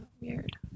Weird